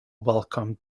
welcome